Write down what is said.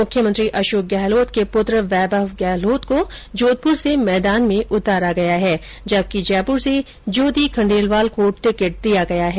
मुख्यमंत्री अशोक गहलोत के पुत्र वैभव गहलोत को जोधपुर से मैदान में उतारा गया है जबकि जयपुर से ज्योति खण्डेलवाल को टिकिट दिया गया है